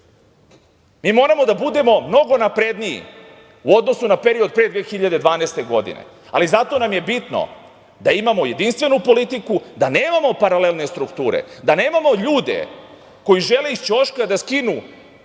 Mi moramo da budemo mnogo napredniji u odnosu na period pre 2012. godine. Ali, zato nam je bitno da imamo jedinstvenu politiku, da nemamo paralelne strukture, da nemamo ljude koji žele iz ćoška da skinu